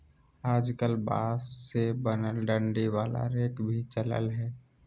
आजकल बांस से बनल डंडी वाला रेक भी चलल हय